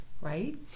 right